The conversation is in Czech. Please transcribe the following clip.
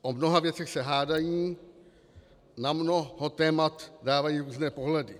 O mnoha věcech se hádají, na mnoho témat dávají různé pohledy.